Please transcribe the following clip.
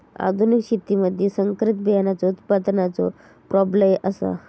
आधुनिक शेतीमधि संकरित बियाणांचो उत्पादनाचो प्राबल्य आसा